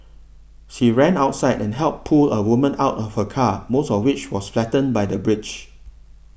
she ran outside and helped pull a woman out of her car most of which was flattened by the bridge